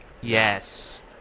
Yes